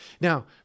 Now